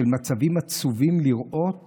מצבים עצובים, לראות